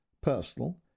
personal